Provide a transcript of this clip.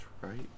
Right